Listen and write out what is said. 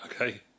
okay